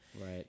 Right